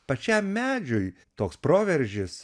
pačiam medžiui toks proveržis